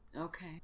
Okay